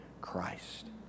Christ